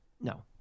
No